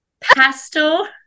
Pastel